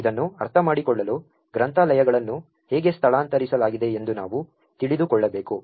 ಇದನ್ನು ಅರ್ಥಮಾಡಿಕೊಳ್ಳಲು ಗ್ರಂಥಾಲಯಗಳನ್ನು ಹೇಗೆ ಸ್ಥಳಾಂತರಿಸಲಾಗಿದೆ ಎಂದು ನಾವು ತಿಳಿದುಕೊಳ್ಳಬೇಕು